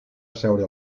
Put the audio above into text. asseure